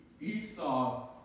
Esau